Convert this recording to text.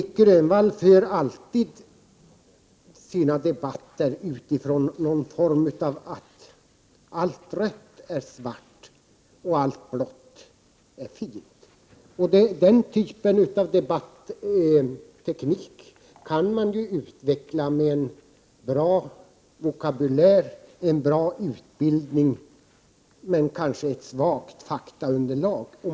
Nic Grönvall för alltid sina debatter från att allt rött är svart och allt blått är fint. Den typen av debatteknik kan man utveckla med en bra vokabulär och en bra utbildning men kanske ett svagt faktaunderlag.